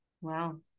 Wow